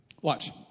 watch